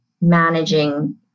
managing